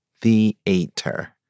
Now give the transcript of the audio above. Theater